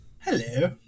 Hello